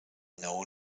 known